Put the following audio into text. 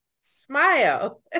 smile